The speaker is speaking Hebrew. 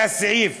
היה סעיף: